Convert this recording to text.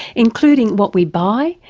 including what we buy,